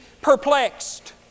perplexed